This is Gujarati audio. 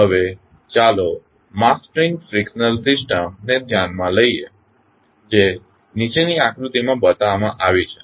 હવે ચાલો માસ સ્પ્રિંગ ફ્રીકશન સિસ્ટમ ને ધ્યાનમાં લઇએ જે નીચેની આકૃતિમાં બતાવવામાં આવી છે